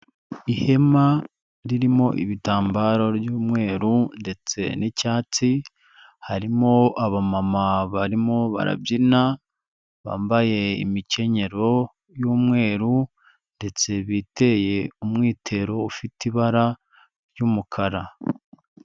Ihema ririmo ibitambaro by'umweru ndetse n'icyatsi, harimo abamama barimo barabyina bambaye imikenyero y'umweru ndetse biteye umwitero ufite ibara ry'umukara.